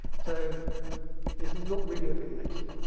so it's not really opinionated.